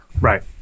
right